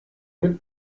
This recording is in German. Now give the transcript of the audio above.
mit